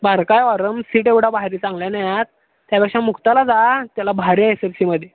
बारकं आहे ऑरम सीट एवढ्या भारी चांगल्या नाही आहेत त्यापेक्षा मुक्ताला जा त्याला भारी एस एफ सीमध्ये